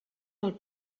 del